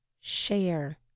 share